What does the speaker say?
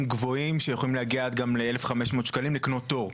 גבוהים שיכולים להגיע גם עד 1,500 שקלים לקנות תור,